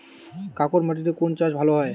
কাঁকর মাটিতে কোন চাষ ভালো হবে?